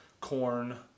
corn